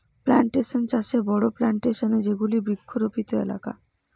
plantation চাষে বড়ো plantation এ যেগুলি বৃক্ষরোপিত এলাকা